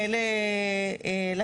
אתה יודע מה, מיקי?